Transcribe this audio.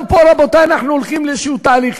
גם פה, רבותי, אנחנו הולכים לאיזשהו תהליך.